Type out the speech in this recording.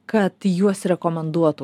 kad juos rekomenduotų